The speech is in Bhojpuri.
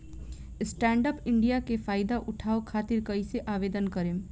स्टैंडअप इंडिया के फाइदा उठाओ खातिर कईसे आवेदन करेम?